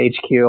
HQ